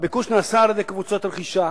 אך הביקוש נעשה על-ידי קבוצות רכישה